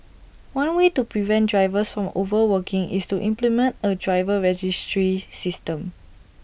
one way to prevent drivers from overworking is to implement A driver registry system